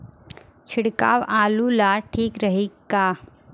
छिड़काव आलू ला ठीक रही का?